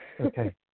Okay